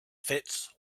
fits